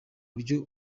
buryo